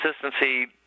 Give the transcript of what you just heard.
consistency –